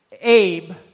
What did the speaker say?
Abe